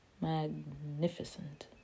magnificent